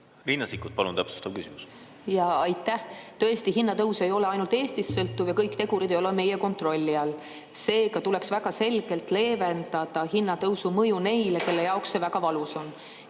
Riina Sikkut, palun, täpsustav küsimus! Aitäh! Tõesti, hinnatõus ei ole ainult Eestist sõltuv ja kõik tegurid ei ole meie kontrolli all. Seega tuleks väga selgelt leevendada hinnatõusu mõju neile, kelle jaoks see väga valus on.